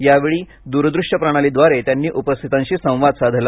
यावेळी दूरदृश्य प्रणालीब्रारे त्याने उपस्थितांशी संवाद साधला